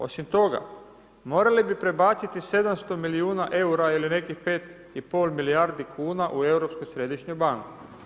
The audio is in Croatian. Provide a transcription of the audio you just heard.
Osim toga, morali bi prebaciti 700 milijuna eura ili nekih 5 i pol milijardi kuna u Europsku središnju banku.